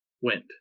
went